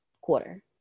quarter